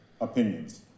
opinions